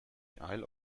isle